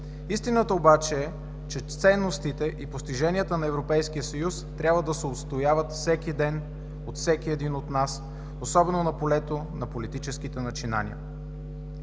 Истината обаче е, че ценностите и постиженията на Европейския съюз трябва да се отстояват всеки ден от всеки един от нас, особено на полето на политическите начинания,